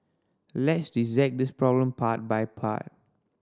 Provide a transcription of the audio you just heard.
let's dissect this problem part by part